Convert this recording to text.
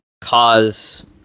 cause